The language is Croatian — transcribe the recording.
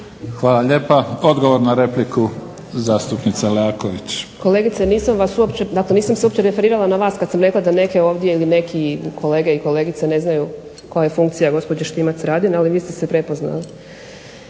Hvala lijepa. Odgovor na repliku zastupnica Leaković. **Leaković, Karolina (SDP)** Kolegice nisam se uopće referirala na vas kada sam rekla ovdje da neki kolegice i kolege ne znaju koja je funkcija gospođe Štimac-Radin ali vi ste se prepoznali.